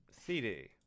CD